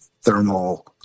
thermal